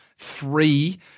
Three